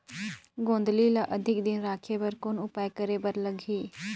गोंदली ल अधिक दिन राखे बर कौन उपाय करे बर लगही?